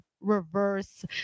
reverse